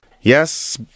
yes